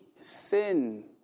sin